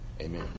Amen